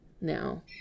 now